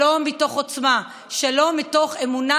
שלום מתוך עוצמה, שלום מתוך אמונה